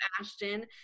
Ashton